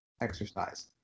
exercise